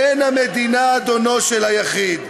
אין המדינה אדונו של היחיד.